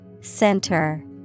Center